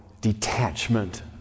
detachment